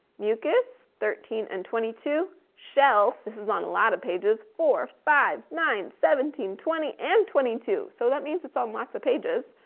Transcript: mucus thirteen and twenty two. shell, this is on a lot of pages, four, five, nine, seventeen, twenty and twenty two. so that means it's on lots of pages.